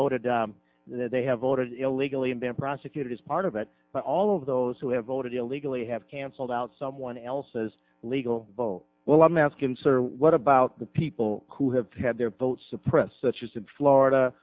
voted they have voted illegally and been prosecuted as part of it but all of those who have voted illegally have cancelled out someone else's legal vote well let me ask and sir what about the people who have had their votes suppressed such as the florida